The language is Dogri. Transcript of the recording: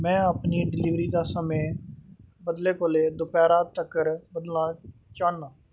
में अपनी डलीवरी दा समां बडलै कोला दपैह्री तक्कर बदलना चाह्न्नां